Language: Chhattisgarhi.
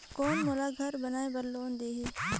कौन मोला घर बनाय बार लोन देही?